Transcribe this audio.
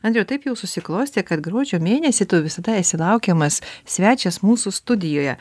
andriau taip jau susiklostė kad gruodžio mėnesį tu visada esi laukiamas svečias mūsų studijoje